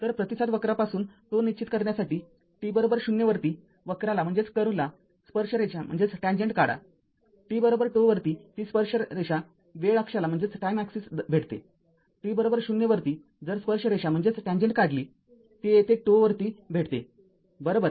तरप्रतिसाद वक्रापासून ζ निश्चित करण्यासाठीt० वरती वक्राला स्पर्शरेषा काढा t ζ वरती ती स्पर्शरेषा वेळ अक्षाला भेटते t० वरती जर स्पर्शरेषा काढली ती येथे ζ वरती भेटते बरोबर